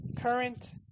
current